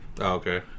okay